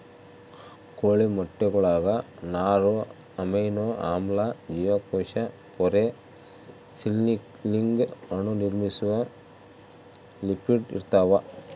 ಕೋಳಿ ಮೊಟ್ಟೆಗುಳಾಗ ನಾರು ಅಮೈನೋ ಆಮ್ಲ ಜೀವಕೋಶ ಪೊರೆ ಸಿಗ್ನಲಿಂಗ್ ಅಣು ನಿರ್ಮಿಸುವ ಲಿಪಿಡ್ ಇರ್ತಾವ